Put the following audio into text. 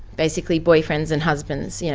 basically boyfriends and husbands. yeah